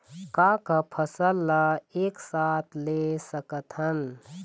का का फसल ला एक साथ ले सकत हन?